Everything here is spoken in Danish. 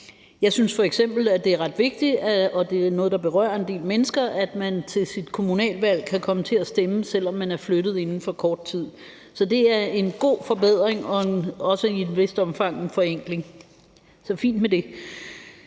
Jeg synes f.eks., at det er ret vigtigt, og at det er noget, der berører en del mennesker, at man til kommunalvalg kan komme til at stemme, selv om man er flyttet inden for kort tid. Det er en god forbedring og også i et vist omfang en forenkling, så fint med det.